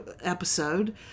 episode